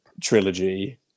trilogy